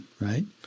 right